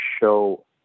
show